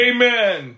Amen